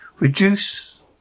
reduce